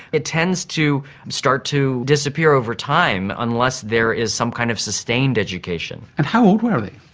it tends to start to disappear over time, unless there is some kind of sustained education. and how old were they?